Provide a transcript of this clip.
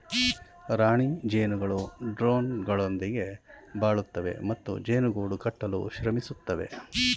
ರಾಣಿ ಜೇನುಗಳು ಡ್ರೋನ್ಗಳೊಂದಿಗೆ ಬಾಳುತ್ತವೆ ಮತ್ತು ಜೇನು ಗೂಡು ಕಟ್ಟಲು ಶ್ರಮಿಸುತ್ತವೆ